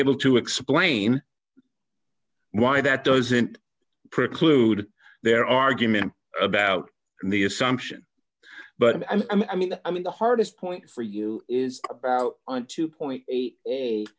able to explain why that doesn't preclude their argument about the assumption but i mean i mean the hardest point for you is about on two point eight